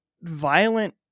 violent